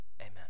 Amen